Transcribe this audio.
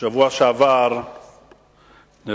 בשבוע שעבר נרצח